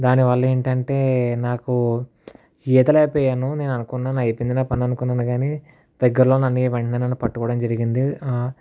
దానివల్ల ఏంటంటే నాకు ఈతలేకపోయాను నేను అనుకున్నాను అయిపోయింది నా పని అనుకున్నాను కానీదగ్గరలో అన్నయ్య వెంటనే నన్ను పట్టుకోవడం జరిగింది